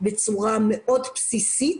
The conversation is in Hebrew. בצורה מאוד בסיסית.